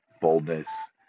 boldness